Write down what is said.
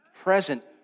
present